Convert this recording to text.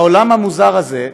בעולם המוזר הזה,